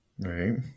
Right